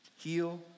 Heal